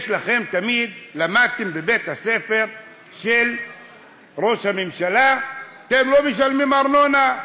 למדתם בבית-הספר של ראש הממשלה: אתם לא משלמים ארנונה,